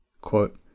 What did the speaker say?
Quote